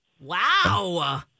Wow